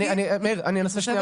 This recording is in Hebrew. מאיר, אני אנסה שנייה.